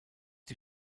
die